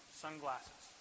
sunglasses